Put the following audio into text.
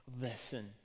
listen